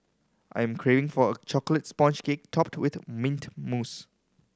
I'm craving for a chocolate sponge cake topped with mint mousse